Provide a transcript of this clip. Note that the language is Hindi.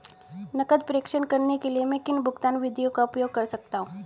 नकद प्रेषण करने के लिए मैं किन भुगतान विधियों का उपयोग कर सकता हूँ?